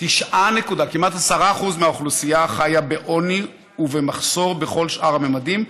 כמעט 10% מהאוכלוסייה חיה בעוני ובמחסור בכל שאר הממדים,